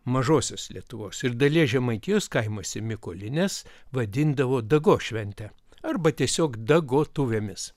mažosios lietuvos ir dalies žemaitijos kaimuose mykolines vadindavo dagos švente arba tiesiog dagotuvėmis